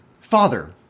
father